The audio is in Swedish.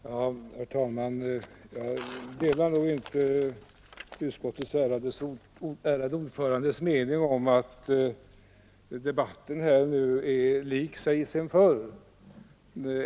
Herr talman! Jag delar inte riktigt utskottets ärade ordförandes mening att debatten är lik sig sedan förr.